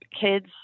kids